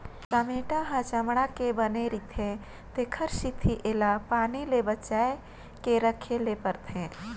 चमेटा ह चमड़ा के बने रिथे तेखर सेती एला पानी ले बचाए के राखे ले परथे